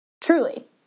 Truly